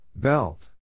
Belt